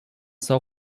сау